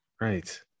right